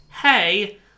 hey